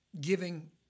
giving